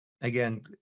Again